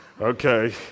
okay